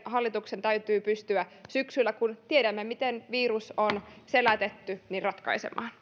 hallituksen täytyy pystyä syksyllä kun tiedämme miten virus on selätetty ratkaisemaan